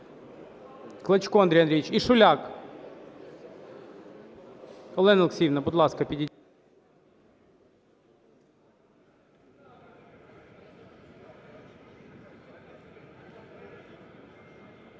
Клочко Андрій Андрійович. І Шуляк. Олена Олексіївна, будь ласка, підійдіть.